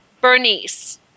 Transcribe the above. Bernice